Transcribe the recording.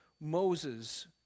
Moses